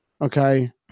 Okay